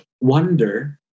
wonder